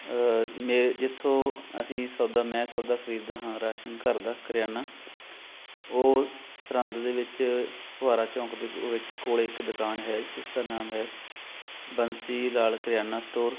ਮੇ ਜਿੱਥੋਂ ਅਸੀਂ ਸੌਦਾ ਮੈਂ ਸੌਦਾ ਖਰੀਦਦਾ ਹਾਂ ਰਾਸ਼ਨ ਘਰ ਦਾ ਕਰਿਆਨਾ ਉਹ ਸਰਰੰਦ ਦੇ ਵਿੱਚ ਫੁਆਰਾ ਚੌਂਕ ਦੇ ਕੋ ਵਿੱਚ ਕੋਲੇ ਇੱਕ ਦੁਕਾਨ ਹੈ ਜਿਸਦਾ ਨਾਮ ਹੈ ਬੰਸੀ ਲਾਲ ਕਰਿਆਨਾ ਸਟੋਰ